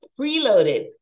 preloaded